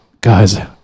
guys